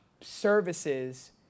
services